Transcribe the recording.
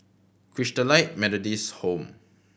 Christalite Methodist Home